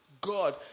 God